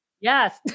Yes